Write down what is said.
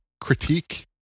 critique